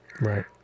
right